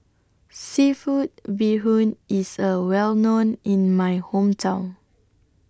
Seafood Bee Hoon IS A Well known in My Hometown